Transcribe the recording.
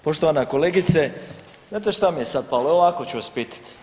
Poštovana kolegice, znate šta mi je sad palo, evo ovako ću vas pitati.